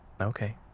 Okay